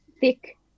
thick